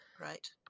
Right